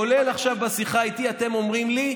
כולל עכשיו בשיחה איתי אתם אומרים לי: